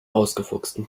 ausgefuchsten